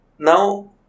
Now